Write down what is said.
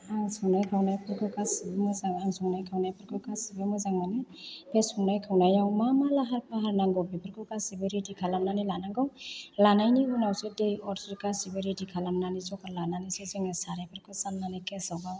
आं संनाय खावनायफोरखौ गासैबो मोजां आं संनाय खावनायफोरखौ गासैबो मोजां मोनो बे संनाय खावनायाव मा मा लाहार फाहार नांगौ बेफोरखौ गासैबो रेडि लामनानै लानांगौ लानायनि उनावसो दै अर गासिबो रेडि खालामनानै जगार लानानैसो जोङो सारायफोरखौ जान्नानै गेसयावहाय